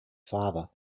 father